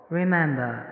remember